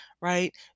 right